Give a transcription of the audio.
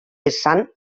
vessant